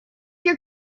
your